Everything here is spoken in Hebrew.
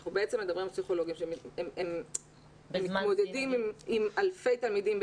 אנחנו מדברים על פסיכולוגים שהם מתמודדים עם אלפי תלמידים,